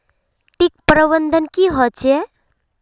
किट प्रबन्धन की होचे?